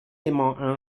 emañ